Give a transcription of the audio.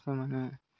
ସେମାନେ